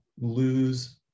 lose